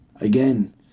again